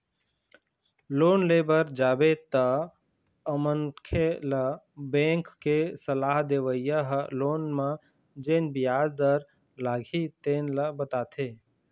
loan ले बर जाबे तअमनखे ल बेंक के सलाह देवइया ह लोन म जेन बियाज दर लागही तेन ल बताथे